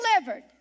delivered